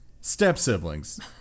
step-siblings